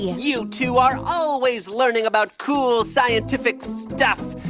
you two are always learning about cool scientific stuff,